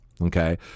okay